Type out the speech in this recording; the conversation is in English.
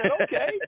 okay